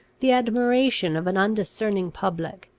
the admiration of an undiscerning public.